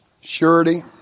surety